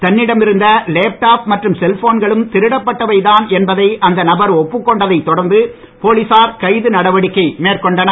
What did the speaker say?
தன்னிடம் இருந்த laptop மற்றும் செல்போன்களும் திருடப்பட்டவை தான் என்பதை அந்த நபர் ஒப்புக் கொண்டதை தொடர்ந்து போலீசார் கைது நடவடிக்கை மேற்கொண்டனர்